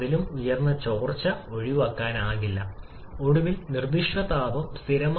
പിന്നെ നമുക്ക് എത്ര മോളുകളുണ്ട് റിയാക്ടന്റ് സൈഡ്